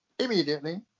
Immediately